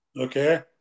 Okay